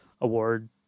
award